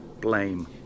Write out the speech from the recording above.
Blame